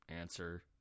answer